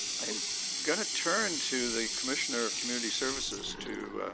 i'm going to turn to the commissioner of community services to